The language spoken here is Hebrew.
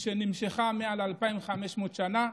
שנמשכה מעל 2,500 שנה,